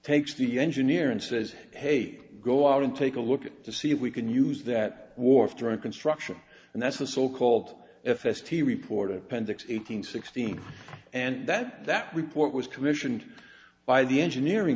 takes the engineer and says hey go out and take a look to see if we can use that warp during construction and that's the so called fs to report appendix eight hundred sixteen and that that report was commissioned by the engineering